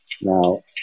Now